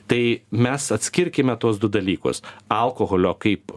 tai mes atskirkime tuos du dalykus alkoholio kaip